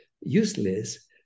useless